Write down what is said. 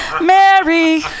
Mary